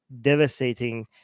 devastating